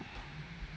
ya